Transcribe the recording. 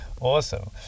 Awesome